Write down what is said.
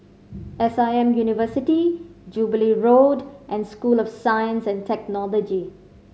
S I M University Jubilee Road and School of Science and Technology